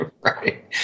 Right